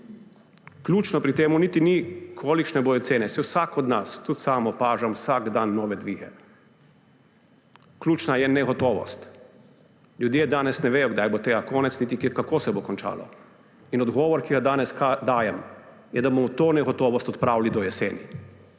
Ključno pri tem niti ni, kolikšne bodo cene, saj vsak od nas, tudi sam jih, opaža vsak dan nove dvige, ključna je negotovost. Ljudje danes ne vedo, kdaj bo tega konec niti kako se bo končalo. Odgovor, ki ga danes dajem, je, da bomo to negotovost odpravili do jeseni.